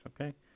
okay